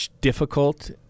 difficult